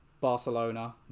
Barcelona